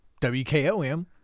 WKOM